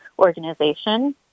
organization